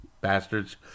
Bastards